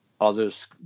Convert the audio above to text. others